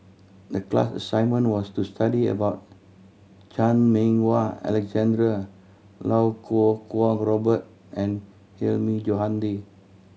the class assignment was to study about Chan Meng Wah Alexander Iau Kuo Kwong Robert and Hilmi Johandi